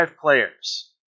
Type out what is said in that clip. players